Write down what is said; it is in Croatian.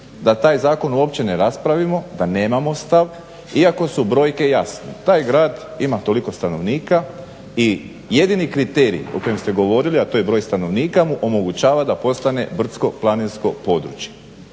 da taj zakon uopće ne raspravimo, da nemamo stav iako su brojke jasno. Taj grad ima toliko stanovnika i jedini kriterij o kojem ste govorili a to je broj stanovnika mu omogućava da postane brdsko-planinsko područje.